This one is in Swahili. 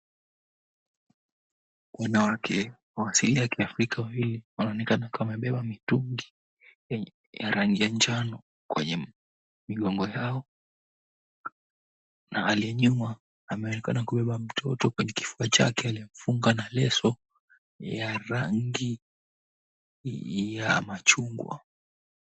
Wanawake wa asili ya kiafrika wawili wanaonekana wakiwa wamebeba mitungi ya rangi ya njano kwenye migongo yao na aliye nyuma ameonekana kubeba mtoto kwenye kifua chake aliyemfunga na leso ya rangi ya machungwa.